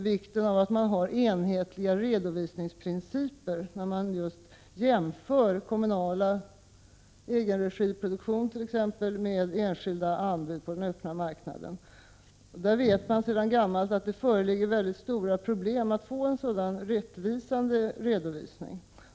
Vikten av att ha enhetliga redovisningsprinciper när man jämför t.ex. kommunal egenregiproduktion med enskilda anbud på den öppna marknaden tas också upp. Vi vet sedan gammalt att det föreligger mycket stora problem att få en sådan rättvisande redovisning.